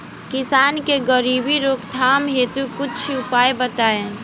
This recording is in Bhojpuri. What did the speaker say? किसान के गरीबी रोकथाम हेतु कुछ उपाय बताई?